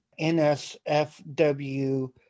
nsfw